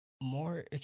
more